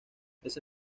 ese